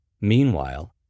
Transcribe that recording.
Meanwhile